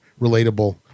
relatable